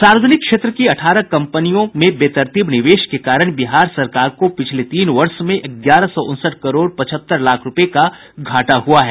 सार्वजनिक क्षेत्र की अठारह कंपनियों पीएसयू में बेतरतीब निवेश के कारण बिहार सरकार को पिछले तीन वर्ष में ग्यारह सौ उनसठ करोड़ पचहत्तर लाख रुपये का घाटा हुआ है